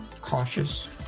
cautious